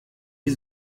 die